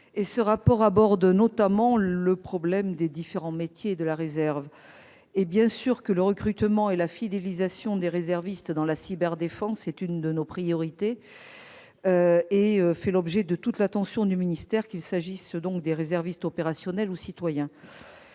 et aborde notamment le problème des différents métiers de la réserve. Le recrutement et la fidélisation des réservistes dans le domaine de la cyberdéfense sont évidemment l'une de nos priorités et font l'objet de toute l'attention du ministère, qu'il s'agisse des réservistes opérationnels ou citoyens.